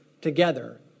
together